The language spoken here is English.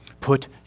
Put